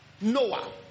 Noah